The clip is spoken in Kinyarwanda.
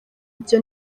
byo